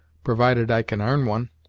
provided i can arn one.